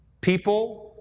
people